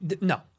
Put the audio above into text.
no